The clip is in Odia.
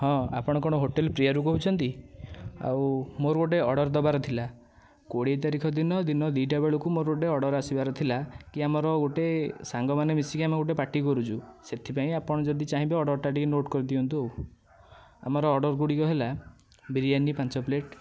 ହଁ ଆପଣ କଣ ହୋଟେଲ ପ୍ରିୟାରୁ କହୁଛନ୍ତି ଆଉ ମୋର ଗୋଟେ ଅର୍ଡର ଦେବାର ଥିଲା କୋଡ଼ିଏ ତାରିଖ ଦିନ ଦିନ ଦୁଇଟା ବେଳକୁ ମୋର ଗୋଟେ ଅର୍ଡର ଆସିବାର ଥିଲା କି ଆମର ଗୋଟେ ସାଙ୍ଗମାନେ ମିଶିକି ଆମେ ଗୋଟେ ପାର୍ଟି କରୁଛୁ ସେଥିପାଇଁ ଆପଣ ଯଦି ଚାହିଁବେ ଅର୍ଡରଟା ଟିକେ ନୋଟ କରିଦିଅନ୍ତୁ ଆଉ ଆମର ଅର୍ଡର ଗୁଡ଼ିକ ହେଲା ବିରିୟାନି ପାଞ୍ଚ ପ୍ଲେଟ